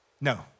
no